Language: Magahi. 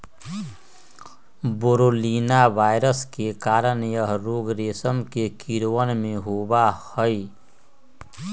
बोरोलीना वायरस के कारण यह रोग रेशम के कीड़वन में होबा हई